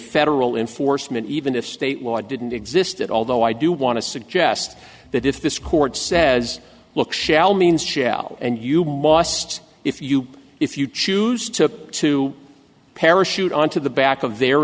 federal enforcement even if state law didn't exist at all though i do want to suggest that if this court says look shell means shell and you must if you if you choose to parachute onto the back of their